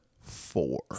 four